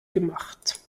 gemacht